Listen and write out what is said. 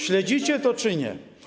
Śledzicie to czy nie?